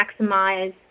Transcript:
maximize